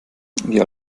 wie